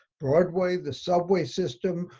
broadway, the subway system,